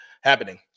happening